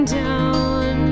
down